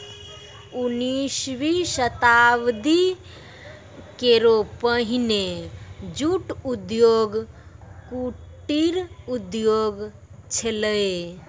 उन्नीसवीं शताब्दी केरो पहिने जूट उद्योग कुटीर उद्योग छेलय